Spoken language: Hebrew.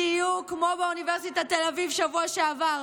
בדיוק כמו באוניברסיטת תל אביב בשבוע שעבר,